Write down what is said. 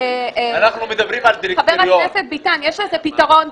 חבר הכנסת ביטן, אבל יש לזה פתרון.